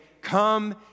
come